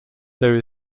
there